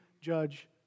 judge